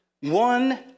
one